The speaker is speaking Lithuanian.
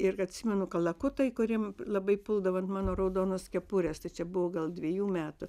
ir atsimenu kalakutai kuriem labai puldavo ant mano raudonos kepurės tai čia buvo gal dvejų metų